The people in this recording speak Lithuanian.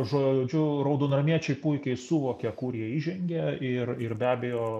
žodžiu raudonarmiečiai puikiai suvokė kur jie įžengė ir ir be abejo